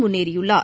முன்னேறியுள்ளார்